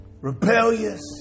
rebellious